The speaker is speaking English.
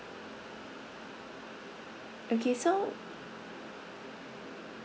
okay so